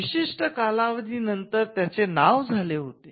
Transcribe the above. विशिष्ट कालावधी नंतर त्याचे नाव झाले होते